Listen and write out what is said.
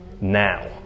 Now